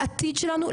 לעתיד שלנו,